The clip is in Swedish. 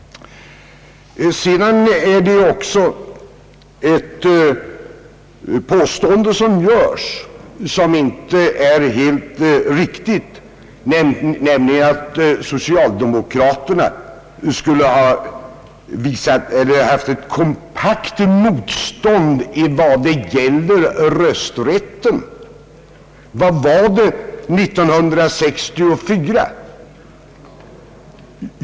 Vidare görs ett påstående som inte är helt riktigt, nämligen att socialdemokraterna skulle ha gjort ett kompakt motstånd mot rösträtten. Hur var situationen 1964?